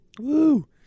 Woo